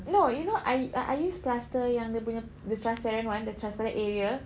no you know I ah I use plaster yang dia punya the transparent [one] the transparent area